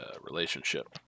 relationship